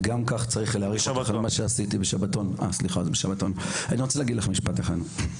ואני רוצה להגיד לך משפט אחד.